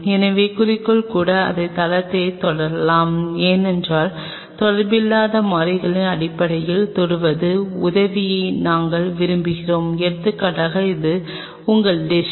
எனவே குறிக்கோள் கூட அதன் தளத்தைத் தொடலாம் ஏனென்றால் தொடர்பில்லாத மாதிரியின் அடிப்பகுதியைத் தொடுவது உதவியை நாங்கள் விரும்புகிறோம் எடுத்துக்காட்டாக இது உங்கள் டிஷ்